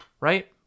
Right